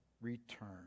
return